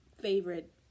favorite